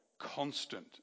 constant